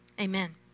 Amen